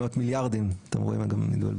הן מהיטלים